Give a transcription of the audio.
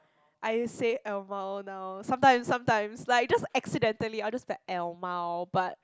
I say lmao now some times some times like just accidentally I will just like lmao but